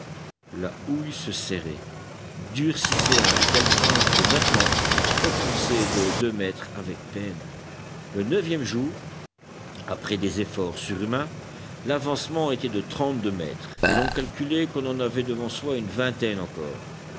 la houille se serrait durcissait à un tel point que maintenant on fonçait de deux mètres avec peine le neuvième jour après des efforts surhumains l'avancement était de trente-deux mètres et l'on calculait qu'on en avait devant soi une vingtaine encore